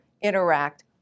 interact